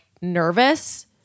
nervous